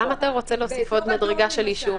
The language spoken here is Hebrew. כי באזור אדום למשל,